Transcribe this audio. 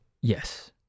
yes